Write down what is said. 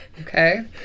okay